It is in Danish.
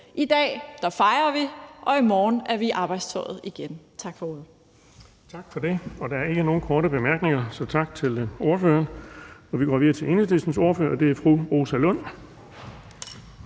I dag fejrer vi, og i morgen er vi i arbejdstøjet igen. Tak for ordet.